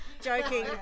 joking